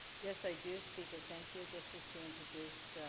yes, i do speaker, thank you. this is to introduce